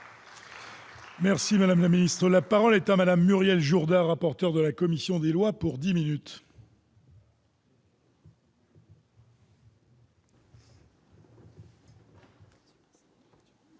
Merci madame la ministre, la parole est à mal à Muriel Jourda, rapporteur de la commission des lois pour 10 minutes.